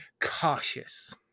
cautious